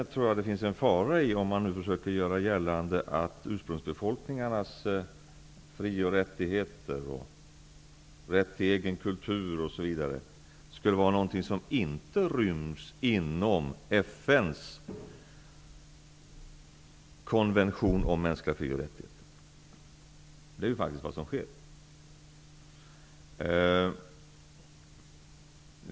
Jag tror att det finns en fara i att man försöker göra gällande att ursprungsbefolkningarnas fri och rättigheter och rätt till egen kultur osv. skulle vara något som inte ryms inom FN:s konvention om mänskliga fri och rättigheter. Det är faktiskt vad som sker.